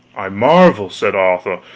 i marvel, said arthur,